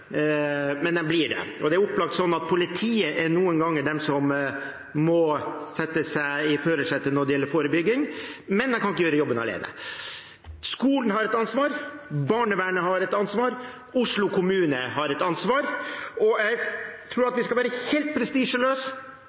men de blir det. Det er opplagt slik at politiet noen ganger er de som må sette seg i førersetet når det gjelder forebygging, men de kan ikke gjøre jobben alene. Skolen har et ansvar, barnevernet har et ansvar, Oslo kommune har et ansvar, og jeg tror vi skal være helt